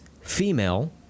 female